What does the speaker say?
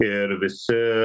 ir visi